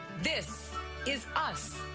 this is us.